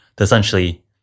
essentially